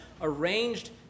arranged